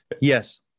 Yes